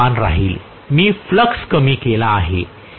वेग समान राहील मी फ्लक्स कमी केला आहे